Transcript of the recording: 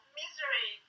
misery